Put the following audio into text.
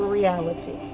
reality